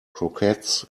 croquettes